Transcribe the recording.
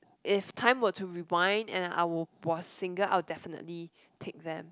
if time were to rewind and I would was single I will definitely pick them